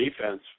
defense